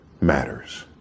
matters